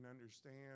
understand